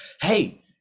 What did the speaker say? Hey